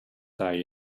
die